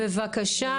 בבקשה.